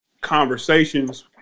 conversations